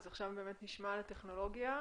עכשיו נשמע על הטכנולוגיה.